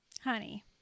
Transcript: honey